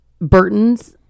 Burton's